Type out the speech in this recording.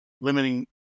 limiting